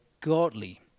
godly